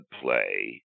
play